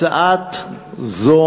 הצעה זאת